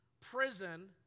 prison